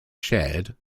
shared